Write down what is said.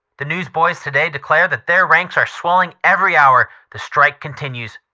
the newsboys today declare that their ranks are swelling every hour the strike continues.